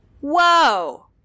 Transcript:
whoa